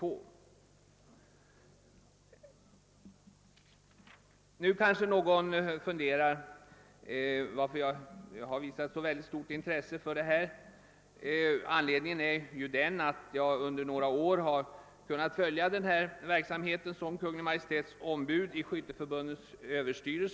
Någon kanske funderar över varför jag har visat så stort intresse för dessa frågor. Anledningen är den att jag under några år såsom Kungl. Maj:ts ombud i Skytteförbundens överstyrelse har kunnat följa denna verksamhet.